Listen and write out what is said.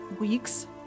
weeks